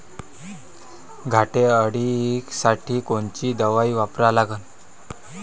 घाटे अळी साठी कोनची दवाई वापरा लागन?